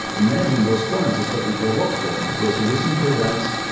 managing those points is technically a workflow and because you listen to events.